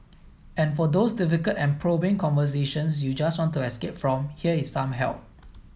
and for those difficult and probing conversations you just want to escape from here is some help